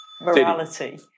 Morality